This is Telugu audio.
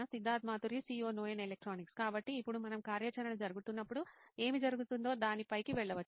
సిద్ధార్థ్ మాతురి CEO నోయిన్ ఎలక్ట్రానిక్స్ కాబట్టి ఇప్పుడు మనము కార్యాచరణ జరుగుతున్నప్పుడు ఏమి జరుగుతుందో దానిపైకి వెళ్ళవచ్చు